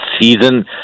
season